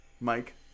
mike